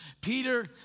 Peter